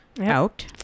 out